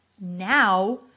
Now